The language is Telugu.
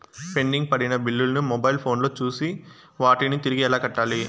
పెండింగ్ పడిన బిల్లులు ను మొబైల్ ఫోను లో చూసి వాటిని తిరిగి ఎలా కట్టాలి